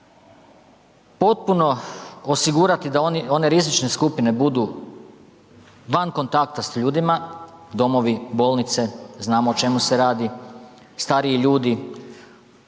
Potpuno osigurati da one rizične skupine budu van kontakta s ljudima, domovi, bolnice, znamo o čemu se radi, stariji ljudi,